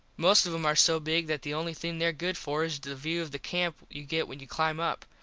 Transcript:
most of them are so big that the only thing there good for is the view of the camp you get when you climb up.